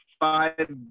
five